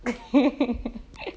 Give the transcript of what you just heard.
(uh huh)